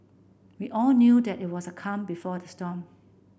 we all knew that it was the calm before the storm